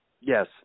Yes